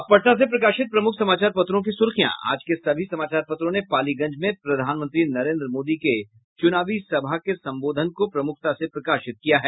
अब पटना से प्रकाशित प्रमुख समाचार पत्रों की सुर्खियां आज के सभी समाचार पत्रों ने पालीगंज में प्रधानमंत्री नरेन्द्र मोदी के चुनावी सभा को प्रमुखता से प्रकाशित किया है